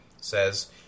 says